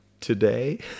today